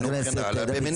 משרד החינוך וכו' ומניעה?